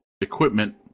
equipment